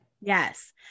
Yes